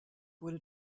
wurde